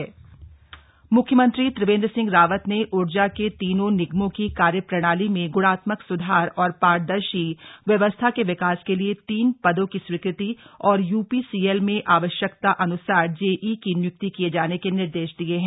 CM ऊर्जा निगम मख्यमंत्री त्रिवेन्द्र सिंह रावत ने ऊर्जा के तीनों निगमों की कार्य प्रणाली में ग्णात्मक सुधार और पारदर्शी व्यवस्था के विकास के लिए तीन पदों की स्वीकृति और यूपीसीएल में आवश्यकतानुसार जेई की निय्क्ति किये जाने के निर्देश दिये हैं